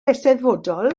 eisteddfodol